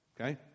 Okay